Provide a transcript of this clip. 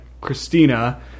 Christina